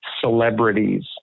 celebrities